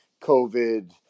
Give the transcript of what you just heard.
covid